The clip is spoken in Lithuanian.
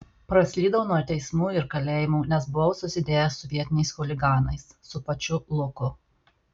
praslydau nuo teismų ir kalėjimų nes buvau susidėjęs su vietiniais chuliganais su pačiu luku